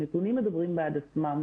מדברים בעד עצמם,